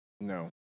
No